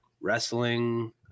wrestling